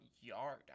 yard